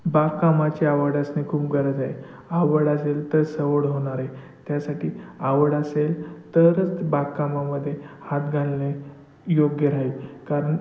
बागकामाची आवड असणे खूप गरज आहे आवड असेल तर सवड होणार आहे त्यासाठी आवड असेल तरच बागकामामध्ये हात घालणे योग्य राहील कारण